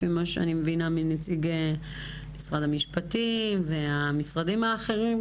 לפי מה שאני מבינה מנציגי משרד המשפטים והמשרדים האחרים,